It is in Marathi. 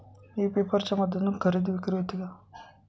ई पेपर च्या माध्यमातून खरेदी विक्री होते का?